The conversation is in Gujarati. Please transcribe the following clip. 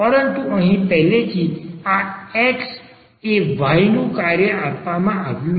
પરંતુ અહીં પહેલેથી આ x એ y નું કાર્ય આપવામાં આવ્યું નથી